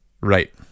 Right